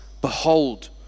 behold